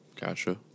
Gotcha